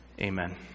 Amen